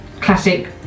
classic